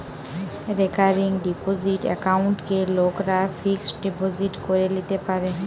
recurring deposit একাউন্টকে লোকরা fixed deposit করে লিতে পারে